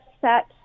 set